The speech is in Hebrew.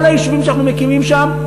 כל היישובים שאנחנו מקימים שם,